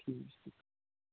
ठीक ठीक